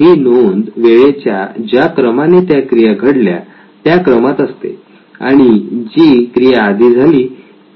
ही नोंद वेळेच्या ज्या क्रमाने त्या क्रिया घडल्या त्या क्रमात असते आणि जी क्रिया आधी झाली